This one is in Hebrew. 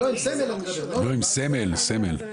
לא, עם סמל, סמל.